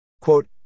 Quote